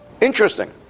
Interesting